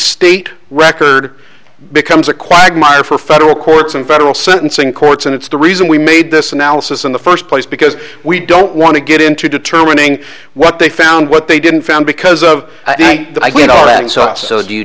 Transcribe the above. state record becomes a quagmire for federal courts and federal sentencing courts and it's the reason we made this analysis in the first place because we don't want to get into determining what they found what they didn't found because of